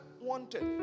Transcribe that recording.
wanted